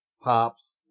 pops